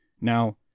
Now